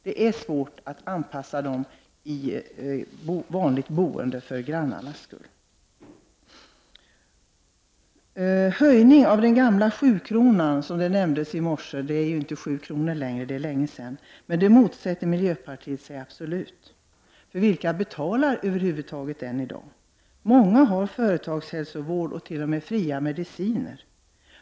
Det är svårt att anpassa dem i vanligt boende för grannarnas skull. Höjning av den gamla 7-kronan, som nämndes i början av debatten — det är inte längre 7 kr. — motsätter sig miljöpartiet absolut. Vilka betalar den över huvud taget i dag? Många har företagshälsovård och t.o.m. fria mediciner.